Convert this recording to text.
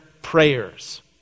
prayers